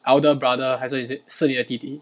elder brother 还是是你的弟弟